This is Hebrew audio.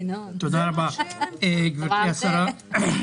גבירתי השרה,